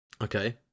okay